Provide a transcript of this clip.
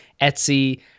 Etsy